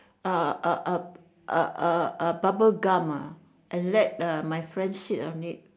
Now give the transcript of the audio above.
ah ah ah ah ah ah bubble gum ah and let uh my friend sit on it